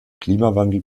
klimawandel